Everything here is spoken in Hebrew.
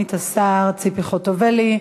לסגנית השר ציפי חוטובלי.